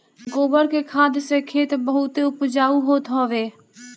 गोबर के खाद से खेत बहुते उपजाऊ होत हवे